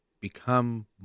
become